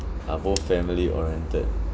are both family oriented